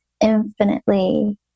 infinitely